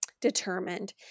determined